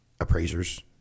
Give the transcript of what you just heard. Appraisers